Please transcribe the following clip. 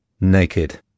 naked